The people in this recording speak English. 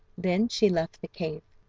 then she left the cave.